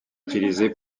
utilisé